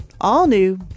all-new